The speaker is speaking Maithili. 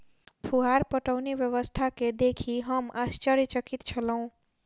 फुहार पटौनी व्यवस्था के देखि हम आश्चर्यचकित छलौं